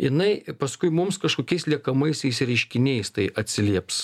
jinai paskui mums kažkokiais liekamaisiais reiškiniais tai atsilieps